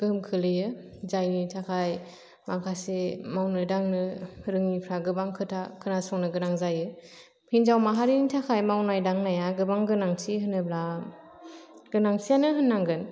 गोहोम खोलैयो जायनि थाखाय माखासे मावनो दांनो रोङिफ्रा गोबां खोथा खोनासंनो गोनां जायो हिन्जाव माहारिनि थाखाय मावनाय दांनाया गोबां गोनांथि होनोब्ला गोनांथियानो होननांगोन